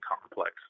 complex